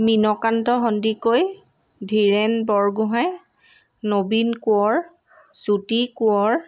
Minkanta Sandikoi Dhiren Borgohain Nabin Konwar Shruti Konwar